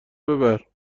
ببر